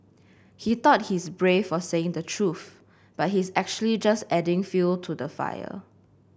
he thought he's brave for saying the truth but he's actually just adding fuel to the fire